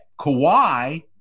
Kawhi